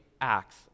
acts